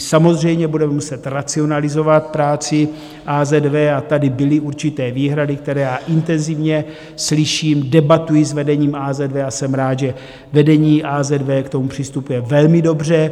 Samozřejmě budeme muset racionalizovat práci AZV a tady byly určité výhrady, které já intenzivně slyším, debatuji s vedením AZV a jsem rád, že vedení AZV k tomu přistupuje velmi dobře.